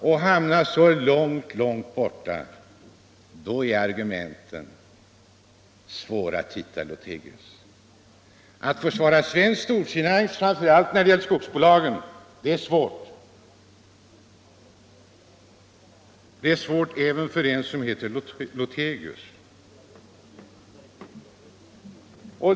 När vi hamnar så långt bort är argumenten svåra att hitta, herr Lothigius. Att försvara svensk storfinans, framför allt när det gäller skogsbolagen, är svårt även för en som heter Lothigius.